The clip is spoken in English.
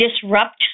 disrupt